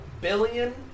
billion